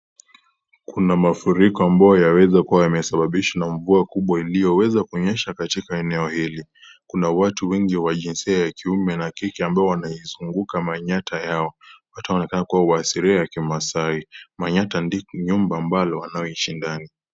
Kuna mafuriko ambayo yaweza kuwa yamesababishwa na mvua kubwa iliyoweza kuonyesha katika eneo hili. Kuna watu wengi wa jinsia ya kiume na kike ambao wanaizunguka manyata yao. Wote wanaonekana kuwa wa asilia wa kimasai. Manyata ni nyumba ambalo wanaoishi ndani.